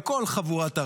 על כל חבורת הרעל,